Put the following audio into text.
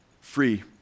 free